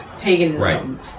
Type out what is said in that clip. paganism